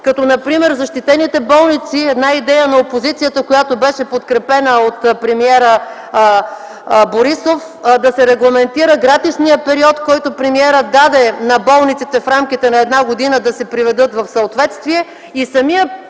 като например защитените болници – една идея на опозицията, подкрепена от премиера Борисов, да се регламентира гратисният период, който премиерът даде на болниците в рамките на една година, за да се приведат в съответствие, и самият